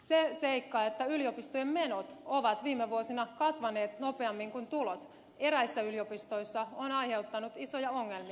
se seikka että yliopistojen menot ovat viime vuosina kasvaneet nopeammin kuin tulot eräissä yliopistoissa on aiheuttanut isoja ongelmia